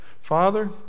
Father